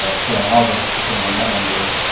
ah so in august, depending on that number,